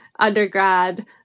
undergrad